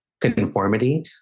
conformity